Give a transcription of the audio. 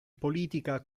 politica